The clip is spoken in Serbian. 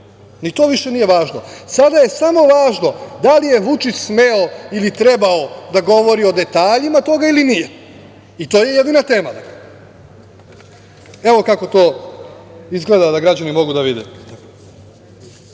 ni to više nije važno. Sada je samo važno da li je Vučić smeo ili trebao da govori o detaljima toga ili nije. To je jedina tema. Evo kako to izgleda, da građani mogu da